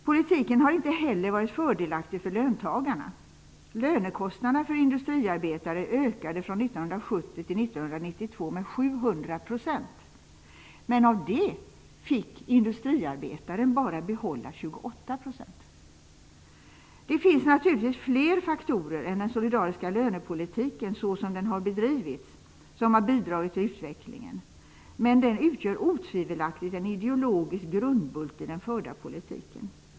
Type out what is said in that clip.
Politiken har inte heller varit fördelaktig för löntagarna. Lönekostnaderna för en industriarbetare ökade från 1970 till 1992 med 700 %. Av detta fick industriarbetaren bara behålla Det finns naturligtvis fler faktorer än den solidariska lönepolitiken, så som den har bedrivits, som har bidragit till utvecklingen, men den utgör otvivelaktigt en ideologisk grundbult i den förda politiken.